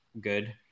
good